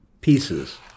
pieces